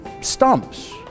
stumps